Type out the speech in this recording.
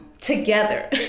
together